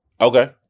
Okay